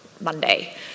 Monday